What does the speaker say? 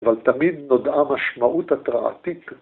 ‫אבל תמיד נודעה משמעות התרעתיק.